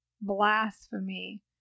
Blasphemy